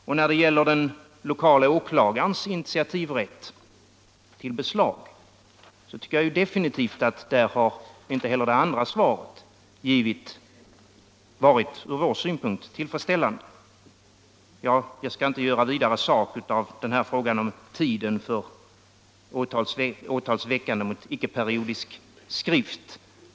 Och när det gäller den lokale åklagarens initiativrätt till förslag tycker jag definitivt att inte heller det andra svaret har varit tillfredsställande från vår synpunkt. Sedan skall jag inte här göra vidare sak av frågan om tiden för åtals väckande mot icke-periodisk tidskrift.